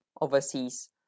overseas